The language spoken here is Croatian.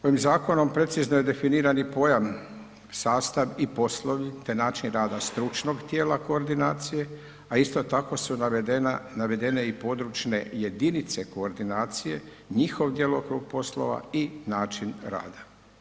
Ovim zakonom precizno je definiran pojam, sastav i poslovi te način rada stručnog tijela koordinacije a isto tako su navedene i područne jedinice koordinacije, njihov djelokrug poslova i način rada.